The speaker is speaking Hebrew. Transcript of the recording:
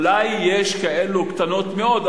אולי יש כאלה קטנות מאוד,